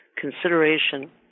consideration